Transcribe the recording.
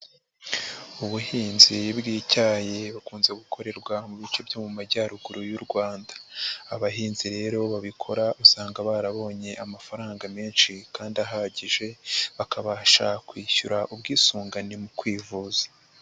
Ubuhinzi bw'icyayi bukunze gukorerwa mu bice byo mu Majyaruguru y'u Rwanda, abahinzi rero babikora usanga barabonye amafaranga menshi kandi ahagije, bakabasha kwishyura ubwisungane mu kwivuza.